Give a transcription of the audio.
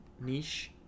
niche